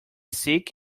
sick